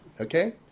okay